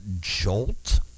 jolt